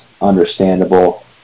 understandable